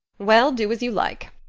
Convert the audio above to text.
well, do as you like,